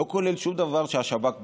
לא כולל שום דבר שהשב"כ ביקש,